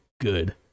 good